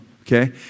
okay